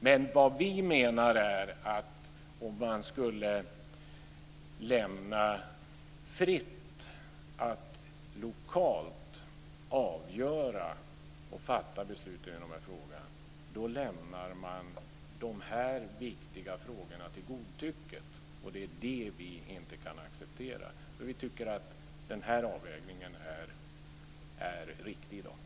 Men vad vi menar är att om man lämnar fritt att lokalt avgöra och fatta beslut i de här frågorna, så lämnar man dessa viktiga frågor till godtycket. Det är det vi inte kan acceptera, så vi tycker att den här avvägningen är riktig i dag.